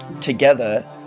together